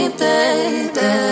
baby